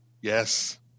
yes